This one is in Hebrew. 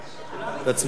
להצביע.